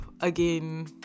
again